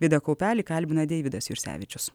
vidą kaupelį kalbina deividas jursevičius